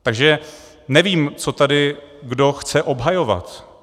Takže nevím, co tady kdo chce obhajovat.